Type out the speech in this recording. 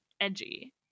edgy